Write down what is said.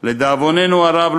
"לדאבוננו הרב,